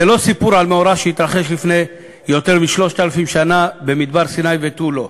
זה לא סיפור על מאורע שהתרחש לפני יותר מ-3,000 שנה במדבר סיני ותו-לא.